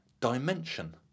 dimension